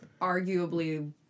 arguably